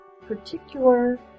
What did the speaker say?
particular